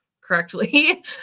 correctly